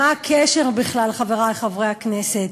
מה הקשר בכלל, חברי חברי הכנסת?